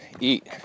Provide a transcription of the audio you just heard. eat